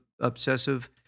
obsessive